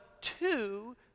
two